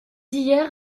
hier